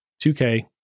2K